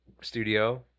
studio